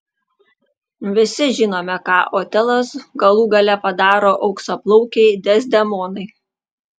visi žinome ką otelas galų gale padaro auksaplaukei dezdemonai